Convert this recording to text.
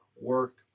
work